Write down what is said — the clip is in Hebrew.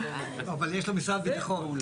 אבל יש לו משרד בטחון.